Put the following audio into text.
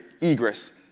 egress